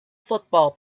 football